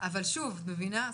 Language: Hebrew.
אבל שוב, את מבינה?